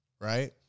right